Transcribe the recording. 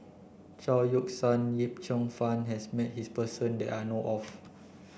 Chao Yoke San Yip Cheong Fun has met his person that I know of